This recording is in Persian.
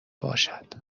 باشد